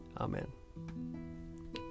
Amen